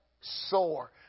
sore